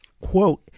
quote